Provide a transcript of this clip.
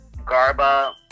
Garba